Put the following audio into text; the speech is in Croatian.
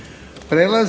Hvala.